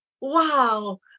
wow